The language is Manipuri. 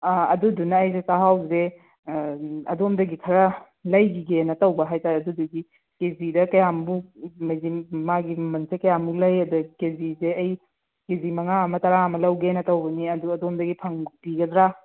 ꯑꯥ ꯑꯗꯨꯗꯨꯅ ꯑꯩꯁꯦ ꯆꯥꯛꯍꯥꯎꯁꯦ ꯑꯗꯣꯝꯗꯒꯤ ꯈꯔ ꯂꯩꯈꯤꯒꯦꯅ ꯇꯧꯕ ꯍꯥꯏ ꯇꯥꯔꯦ ꯑꯗꯨꯗꯨꯒꯤ ꯀꯦ ꯖꯤꯗ ꯀꯌꯥꯃꯨꯛ ꯂꯩꯒꯦ ꯍꯥꯏꯕꯗꯤ ꯃꯥꯒꯤ ꯃꯃꯜꯁꯦ ꯀꯌꯥ ꯃꯨꯛ ꯂꯩ ꯑꯗꯒꯤ ꯀꯦ ꯖꯤꯁꯦ ꯑꯩ ꯀꯦ ꯖꯤ ꯃꯉꯥ ꯑꯃ ꯇꯔꯥ ꯑꯃ ꯂꯧꯒꯦꯅ ꯇꯧꯕꯅꯤ ꯑꯗꯨ ꯑꯗꯣꯝꯗꯒꯤ ꯐꯪꯕꯤꯒꯗ꯭ꯔꯥ